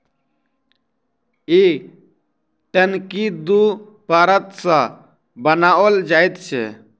ई टंकी दू परत सॅ बनाओल जाइत छै